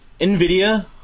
NVIDIA